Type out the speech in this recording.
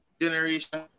generation